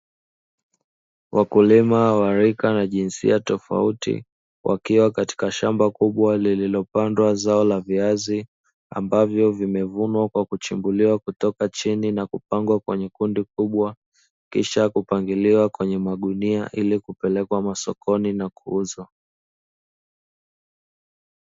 Wakulima wa rika na jinsia tofauti wakiwa katika shamba kubwa lililopandwa zao la viazi, ambavyo vimevunwa kwa kuchimbuliwa kutoka chini na kupangwa kwenye kundi kubwa, kisha kupangiliwa kwenye magunia ili kupelekwa masokoni na kuuzwa.